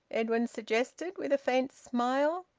edwin suggested, with a faint smile.